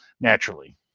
naturally